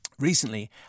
Recently